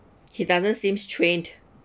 he doesn't seems trained